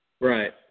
Right